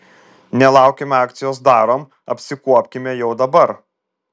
nelaukime akcijos darom apsikuopkime jau dabar